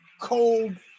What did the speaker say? cold